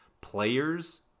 players